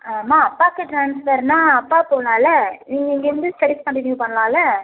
ஆ அம்மா அப்பாவுக்கு ட்ரான்ஸ்ஃபர்னால் அப்பா போலாம்லை நீங்கள் இங்கேயிருந்து ஸ்டடீஸ் கண்டினியூ பண்ணலான்ல